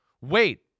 Wait